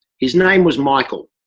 his name was michael.